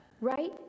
right